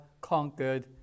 conquered